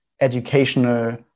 educational